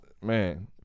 Man